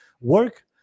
work